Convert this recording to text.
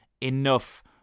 enough